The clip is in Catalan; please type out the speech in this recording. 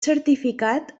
certificat